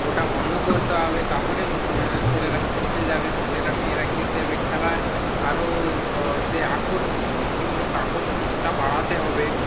ওটা বন্ধ করতে হবে তাহলে ছেলেরা খেলতে যাবে ছেলেরা মেয়েরা খেলতে যাবে খেলা আরও যে আকর্ষণ দৃষ্টিমূলক আকর্ষণ ওটা বাড়াতে হবে